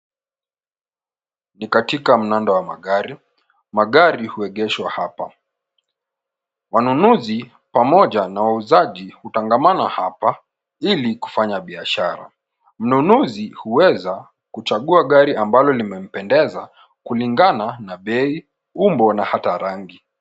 Ni katika mnondo wa magari. Magari huegeshwa hapa. Wanunuzi pamoja na wauzaji hutangamana hapa ili kufanya biashara. Mnunuzi huweza kuchagua gari ambalo limempendeza kulingana na bei, umbo na hata rangi.